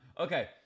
Okay